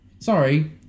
Sorry